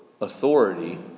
authority